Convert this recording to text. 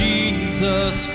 Jesus